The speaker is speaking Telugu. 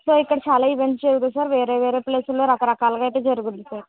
సో ఇక్కడ చాలా ఈవెంట్స్ జరుగుతాయి సార్ వేరే వేరే ప్లేసుల్లో రక రకాలుగా అయితే జరుగుతుంది సార్